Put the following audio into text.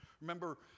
Remember